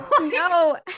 No